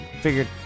Figured